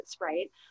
right